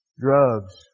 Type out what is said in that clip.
drugs